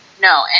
No